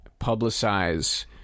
publicize